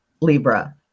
Libra